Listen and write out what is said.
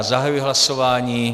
Zahajuji hlasování.